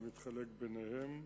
זה מתחלק ביניהם.